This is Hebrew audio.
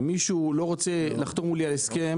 אם מישהו לא רוצה לחתום מולי על הסכם,